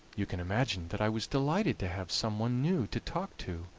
you can imagine that i was delighted to have some one new to talk to,